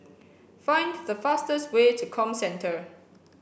find the fastest way to Comcentre